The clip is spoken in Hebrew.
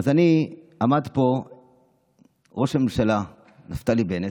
אז עמד פה ראש הממשלה נפתלי בנט,